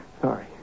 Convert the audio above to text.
Sorry